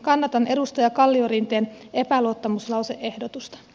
kannatan edustaja kalliorinteen epäluottamuslause ehdotusta